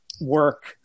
work